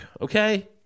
okay